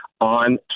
on